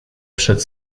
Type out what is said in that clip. przed